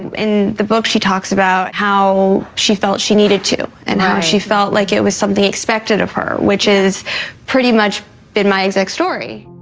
in the book, she talks about. how she felt she needed to, and how she felt like it was something expected of her. which is pretty much been my exact story.